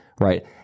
right